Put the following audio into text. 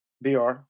br